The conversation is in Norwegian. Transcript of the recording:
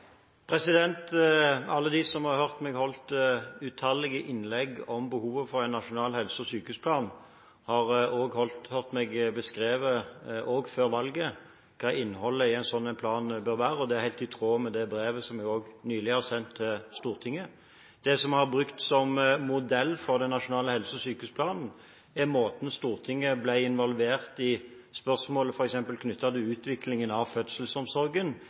Alle dem som har hørt meg holde utallige innlegg om behovet for en nasjonal helse- og sykehusplan, har også hørt meg beskrive, også før valget, hva innholdet i en slik plan bør være, og det er helt i tråd med det brevet som jeg nylig har sendt til Stortinget. Det vi har brukt som modell for den nasjonale helse- og sykehusplanen, er måten Stortinget ble involvert på i f.eks. spørsmålet knyttet til utviklingen av fødselsomsorgen,